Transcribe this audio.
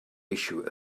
issue